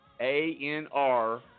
A-N-R